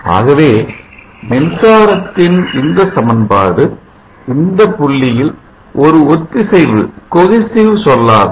ஆகவே மின்சாரத்தின் இந்த சமன்பாடு இந்த புள்ளியில் ஒரு ஒத்திசைவு சொல்லாகும்